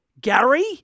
Gary